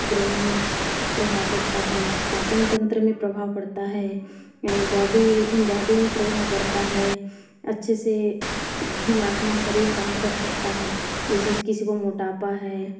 brain में प्रभाव पड़ता है पाचन तंत्र में प्रभाव पड़ता है बॉडी बॉडी में प्रभाव पड़ता है अच्छे से अपना शरीर काम कर सकता है जैसे किसी को मोटापा है